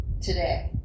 today